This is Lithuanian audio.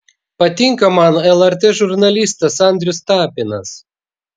patinka man lrt žurnalistas andrius tapinas